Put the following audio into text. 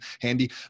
handy